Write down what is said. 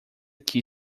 que